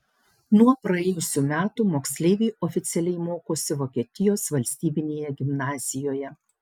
nuo praėjusių metų moksleiviai oficialiai mokosi vokietijos valstybinėje gimnazijoje